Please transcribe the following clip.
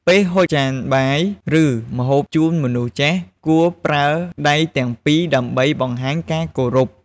ពេលហុចចានបាយ ឬម្ហូបជូនមនុស្សចាស់ គួរប្រើដៃទាំងពីរដើម្បីបង្ហាញការគោរព។